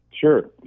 Sure